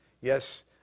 Yes